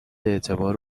اعتبار